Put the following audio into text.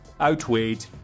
outweighed